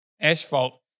asphalt